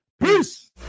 Peace